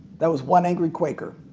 that was one angry quaker.